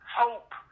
hope